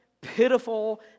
pitiful